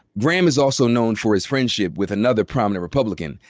graham is also known for his friendship with another prominent republican,